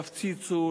יפציצו,